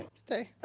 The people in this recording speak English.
stay.